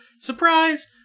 surprise